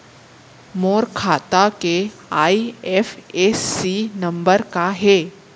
मोर खाता के IFSC number का हे?